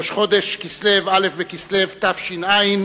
ראש חודש כסלו, א' בכסלו תש"ע,